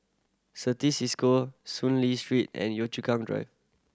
Certis Cisco Soon Lee Street and Yio Chu Kang Drive